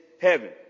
heaven